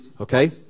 okay